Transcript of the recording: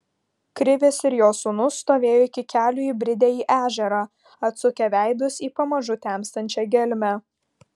krivis ir jo sūnus stovėjo iki kelių įbridę į ežerą atsukę veidus į pamažu temstančią gelmę